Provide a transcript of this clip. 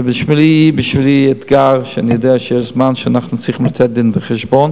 זה בשבילי אתגר שאני יודע שיש זמן שאנחנו צריכים לתת דין-וחשבון.